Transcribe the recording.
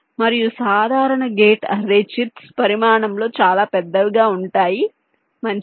మరియు సాధారణ gate array chips పరిమాణంలో చాలా పెద్దవిగా ఉంటాయి మంచిది